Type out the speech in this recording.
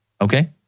okay